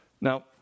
Now